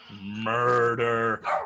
murder